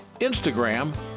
Instagram